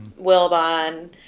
Wilbon